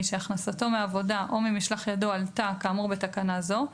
שהכנסתו מעבודה או ממשלח ידו עלתה כאמור בתקנה זו,